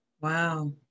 Wow